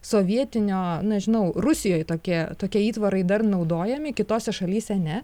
sovietinio na žinau rusijoj tokie tokie įtvarai dar naudojami kitose šalyse ne